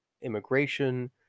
immigration